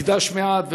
מקדש מעט,